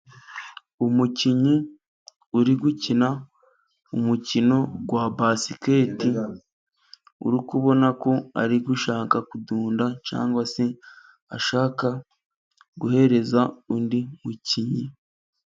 Umukinnyi uri gukina umukino wa basiketi, urabona ko ari gushaka kudunda cyangwa se ashaka guhereza undi mukinnyi.